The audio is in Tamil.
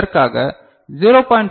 இதற்காக 0